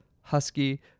husky